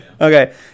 Okay